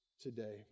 today